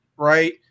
Right